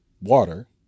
water